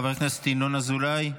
חבר הכנסת ינון אזולאי.